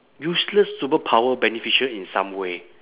useless superpower beneficial in some way